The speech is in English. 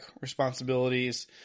responsibilities